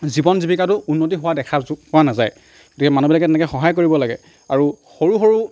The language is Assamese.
জীৱন জীৱিকাটো উন্নতি হোৱা দেখা পোৱা নাযায় গতিকে মানুহবিলাকে তেনেকে সহায় কৰিব লাগে আৰু সৰু সৰু